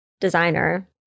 designer